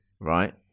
right